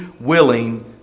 willing